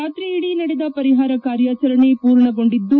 ರಾತ್ರಿಯಿಡೀ ನಡೆದ ಪರಿಹಾರ ಕಾರ್ಯಾಚರಣೆ ಪೂರ್ಣಗೊಂಡಿದ್ದು